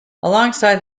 alongside